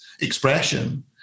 expression